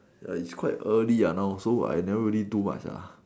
err is quite early ah now so I never really do much ah